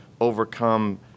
overcome